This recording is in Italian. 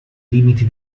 limiti